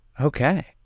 Okay